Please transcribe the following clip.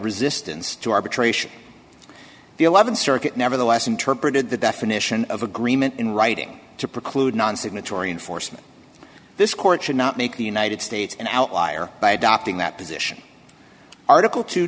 resistance to arbitration the th circuit nevertheless interpreted the definition of agreement in writing to preclude non signatory enforcement this court should not make the united states an outlier by adopting that position article t